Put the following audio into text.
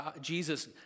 Jesus